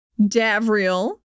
Davriel